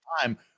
time